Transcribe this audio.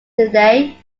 today